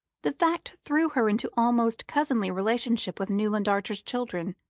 the fact threw her into almost cousinly relationship with newland archer's children,